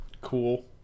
Cool